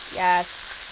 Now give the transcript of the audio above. yes.